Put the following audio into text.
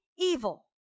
Evil